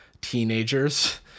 teenagers